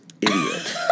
idiot